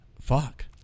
fuck